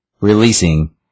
releasing